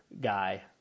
guy